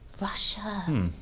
Russia